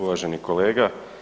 Uvaženi kolega.